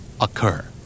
Occur